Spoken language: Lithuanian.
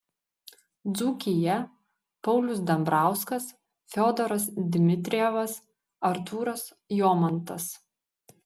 dzūkija paulius dambrauskas fiodoras dmitrijevas artūras jomantas